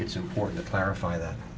it's important to clarify that